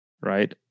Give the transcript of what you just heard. right